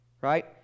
right